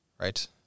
Right